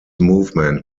movement